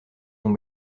dont